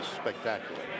spectacular